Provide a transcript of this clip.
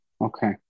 Okay